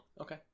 Okay